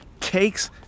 cakes